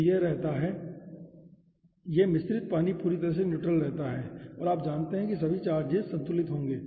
तो यह रहता है यह मिश्रित पानी पूरी तरह से न्यूट्रल रहता है और आप जानते हैं कि सभी चार्जेज संतुलित होंगे